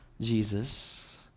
Jesus